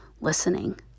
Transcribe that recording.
listening